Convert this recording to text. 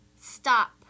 Stop